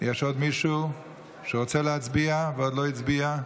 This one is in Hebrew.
יש עוד מישהו שרוצה להצביע ועוד לא הצביע?